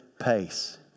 pace